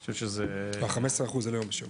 אני חושב שזה- -- לא, 15 אחוז זה לא יום בשבוע.